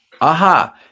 Aha